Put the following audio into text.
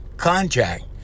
contract